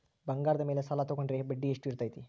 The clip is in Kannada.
ಬಂಗಾರದ ಮೇಲೆ ಸಾಲ ತೋಗೊಂಡ್ರೆ ಬಡ್ಡಿ ಎಷ್ಟು ಇರ್ತೈತೆ?